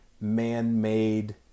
man-made